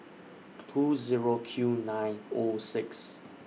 two Zero Q nine O six